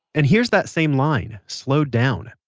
and here's that same line, slowed down.